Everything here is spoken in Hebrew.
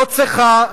לא צריכה.